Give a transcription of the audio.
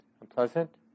unpleasant